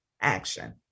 action